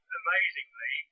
amazingly